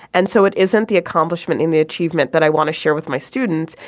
and so it isn't the accomplishment in the achievement that i want to share with my students.